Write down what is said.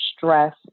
stress